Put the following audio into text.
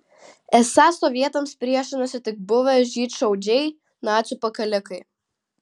esą sovietams priešinosi tik buvę žydšaudžiai nacių pakalikai